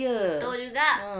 betul juga